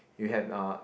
you have a